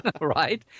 Right